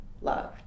loved